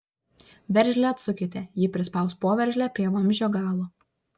veržlę atsukite ji prispaus poveržlę prie vamzdžio galo